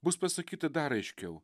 bus pasakyta dar aiškiau